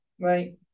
right